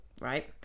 right